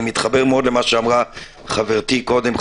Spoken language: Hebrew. אני מתחבר מאוד למה שאמרה חברתי קודם,